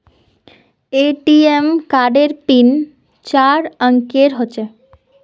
ATM कार्डेर PIN चार अंकेर ह छेक